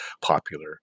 popular